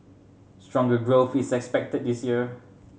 stronger growth is expected this year